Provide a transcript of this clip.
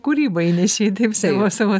kūrybą įnešei taip savo savo